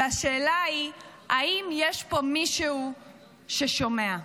והשאלה היא אם יש פה מישהו ששומע.